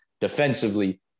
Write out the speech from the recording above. Defensively